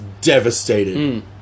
devastated